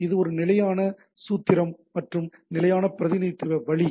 இது ஒரு நிலையான சூத்திரம் மற்றும் நிலையான பிரதிநிதித்துவ வழி